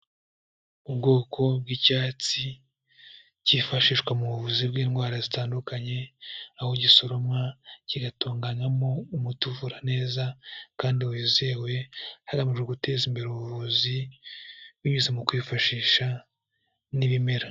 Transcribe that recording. Ubwoko bw'icyatsi kifashishwa mu buvuzi bw'indwara zitandukanye, aho gisoromwa kigatunganywamo umuti uvura neza kandi wizewe, hagamijwe guteza imbere ubuvuzi binyuze mu kwifashisha n'ibimera.